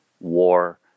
war